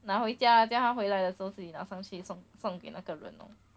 拿回家 then 他回来的时候自己打算去送送给那个人